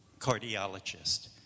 cardiologist